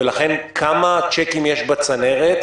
ולכן, כמה צ'קים יש בצנרת?